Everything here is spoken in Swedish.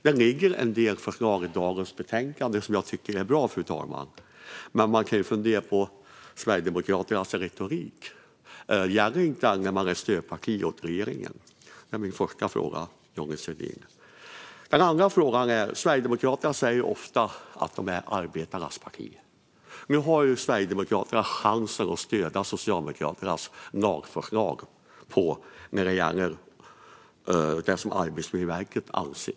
Det finns en del förslag i betänkandet som behandlas i dag som jag tycker är bra, fru talman. Men man kan fundera på Sverigedemokraternas retorik. Gäller inte den när det är stödparti åt regeringen? Det är min första fråga, Johnny Svedin. Den andra frågan gäller att Sverigedemokraterna ofta säger att de är arbetarnas parti. Nu har Sverigedemokraterna chansen att stödja Socialdemokraternas lagförslag när det gäller det som Arbetsmiljöverket anser.